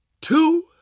two